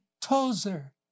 tozer